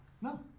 No